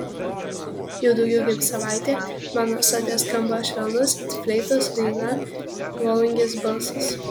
jau daugiau kaip savaitė mano sode skamba švelnus it fleitos daina volungės balsas